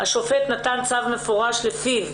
השופט נתן צו מפורש שלפיו